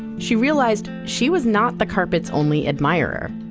she realized, she was not the carpet's only admirer,